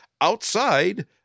outside